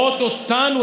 רואות אותנו,